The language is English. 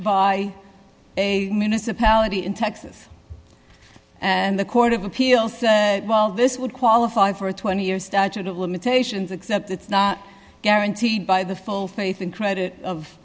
by a municipality in texas and the court of appeal say well this would qualify for a twenty year statute of limitations except it's not guaranteed by the full faith and credit of